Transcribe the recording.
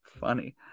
funny